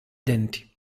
denti